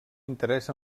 interès